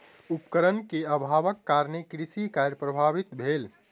उपकरण के अभावक कारणेँ कृषि कार्य प्रभावित भेल